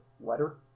letter